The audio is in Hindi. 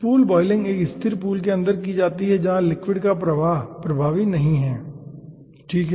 पूल बॉयलिंग एक स्थिर पूल के अंदर की जाती है जहां लिक्विड का प्रवाह प्रभावी नहीं है ठीक है